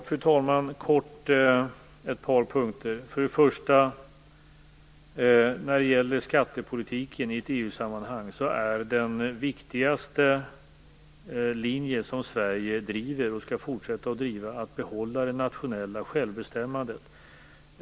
Fru talman! Helt kort vill jag kommentera några punkter. När det gäller skattepolitiken i EU sammanhang är den viktigaste linjen som Sverige driver, och skall fortsätta att driva, att behålla det nationella självbestämmandet.